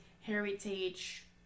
heritage